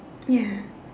ya